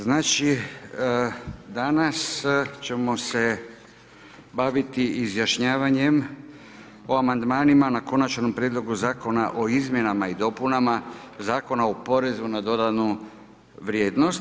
Znači danas ćemo se baviti izjašnjavanjem o amandmanima na Konačnom prijedlogu Zakona o izmjenama i dopunama Zakona o porezu na dodanu vrijednost.